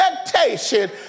expectation